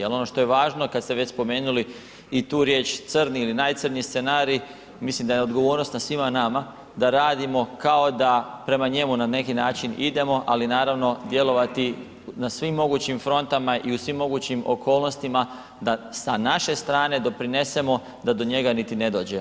Jer ono što je važno kad ste već spomenuli i tu riječ crni ili najcrnji scenarij mislim da je odgovornost na svima nama da radimo kao da prema njemu na neki način idemo, ali naravno djelovati na svim mogućim frontama i u svim mogućim okolnostima da sa naše strane doprinesemo da do njega niti ne dođe.